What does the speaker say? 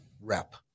rep